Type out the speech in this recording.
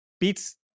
beats